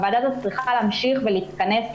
הוועדה הזאת צריכה להמשיך ולהתכנס,